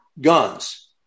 guns